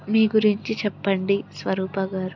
మీ గురించి చెప్పండి స్వరూపా గారు